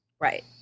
Right